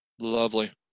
Lovely